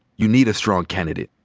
you need a strong candidate.